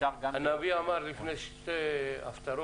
הנביא אמר בהפטרה